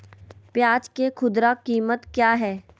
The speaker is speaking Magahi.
प्याज के खुदरा कीमत क्या है?